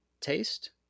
taste